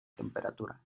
temperatura